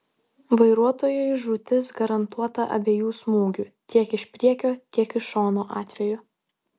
vairuotojui žūtis garantuota abiejų smūgių tiek iš priekio tiek iš šono atveju